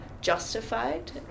justified